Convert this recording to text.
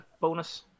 bonus